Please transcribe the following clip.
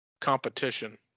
competition